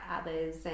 others